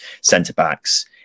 centre-backs